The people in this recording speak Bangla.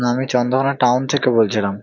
আমি চন্দনা টাউন থেকে বলছিলাম